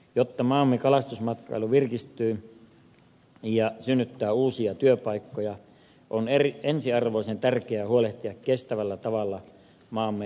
jotta maamme kalastusmatkailu virkistyy ja synnyttää uusia työpaikkoja on ensiarvoisen tärkeää huolehtia kestävällä tavalla maamme luonnonvaroista